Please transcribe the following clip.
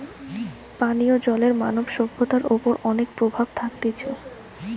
পানীয় জলের মানব সভ্যতার ওপর অনেক প্রভাব থাকতিছে